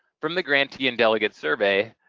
from the grantee and delegate survey,